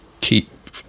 keep